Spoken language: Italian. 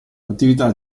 attività